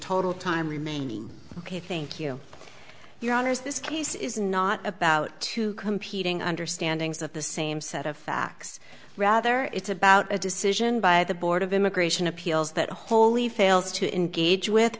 total time remaining ok thank you your honour's this case is not about two competing understanding's of the same set of facts rather it's about a decision by the board of immigration appeals that holy fails to engage with